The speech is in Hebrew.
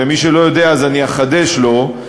ומי שלא יודע אז אחדש לו,